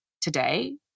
today